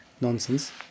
nonsense